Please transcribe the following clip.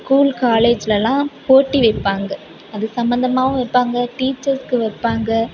school காலேஜ்லலாம் போட்டி வைப்பாங்க அது சம்மந்தமாகவும் வைப்பாங்க டீச்சர்ஸ்க்கு வைப்பாங்க